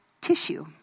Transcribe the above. tissue